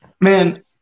Man